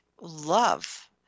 love